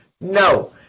No